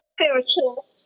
spiritual